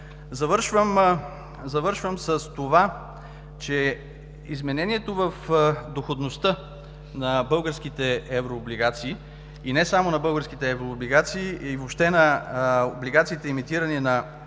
Завършвам с това, че изменението в доходността на българските еврооблигации, и не само на българските еврооблигации – въобще на облигациите, емитирани на